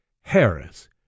Harris